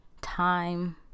time